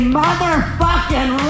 motherfucking